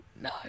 No